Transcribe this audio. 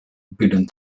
binnen